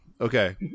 Okay